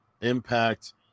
Impact